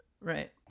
Right